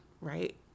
right